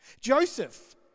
joseph